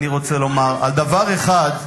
אני רוצה לומר, על דבר אחד,